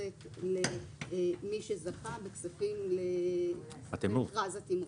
מתייחסת למי שזכה במכרז התמרוץ.